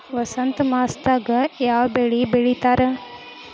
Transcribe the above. ವಸಂತ ಮಾಸದಾಗ್ ಯಾವ ಬೆಳಿ ಬೆಳಿತಾರ?